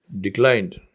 declined